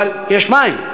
אבל יש מים.